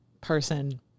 person